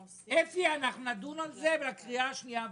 אפי אנחנו נדון על זה בקריאה השנייה והשלישית.